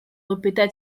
répéta